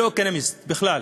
לא אקונומיסט, בכלל.